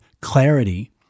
clarity